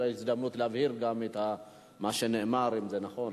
אולי זו הזדמנות להבהיר אם מה שנאמר נכון,